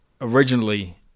originally